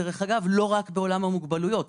לא רק בעולם המוגבלויות,